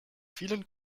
vielen